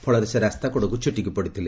ଫଳରେ ସେ ରାସ୍ତାକଡ଼କୁ ଛିଟିକି ପଡିଥିଲେ